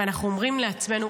ואנחנו אומרים לעצמנו,